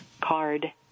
card